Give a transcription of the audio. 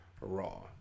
Raw